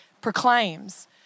proclaims